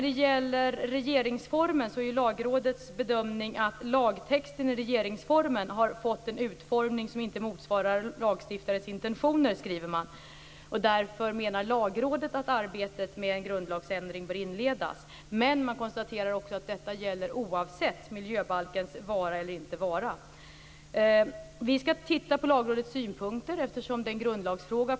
Det är Lagrådets bedömning att lagtexten i regeringsformen fått en utformning som inte motsvarar lagstiftarens intentioner. Lagrådet menar därför att arbetet med en grundlagsändring bör inledas. Men det konstateras också att detta gäller oavsett miljöbalkens vara eller inte vara. Regeringen skall titta på Lagrådets synpunkter, eftersom detta är en grundlagsfråga.